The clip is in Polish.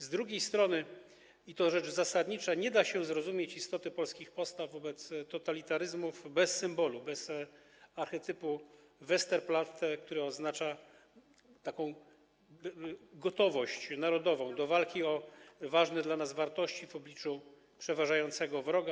Z drugiej strony, i to rzecz zasadnicza, nie da się zrozumieć istoty polskich postaw wobec totalitaryzmów bez symbolu, archetypu Westerplatte, który oznacza taką narodową gotowość do walki o ważne dla nas wartości w obliczu przeważającego wroga.